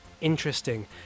interesting